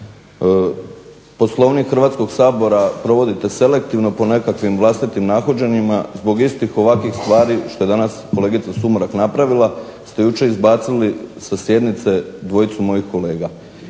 Poslovnik Hrvatskog sabora provodite selektivno po nekakvim vlastitim nahođenjima. Zbog istih ovakvih stvari što je danas kolegica Sumrak napravila ste jučer izbacili sa sjednice dvojicu mojih kolega.